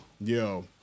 Yo